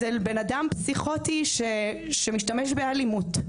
זה בן אדם פסיכוטי שמשתמש באלימות.